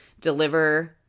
deliver